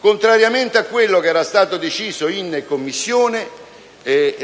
contrariamente a quello che era stato deciso in Commissione,